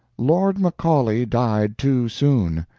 lord macaulay died too soon.